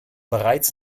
bereits